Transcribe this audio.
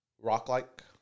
rock-like